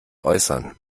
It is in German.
äußern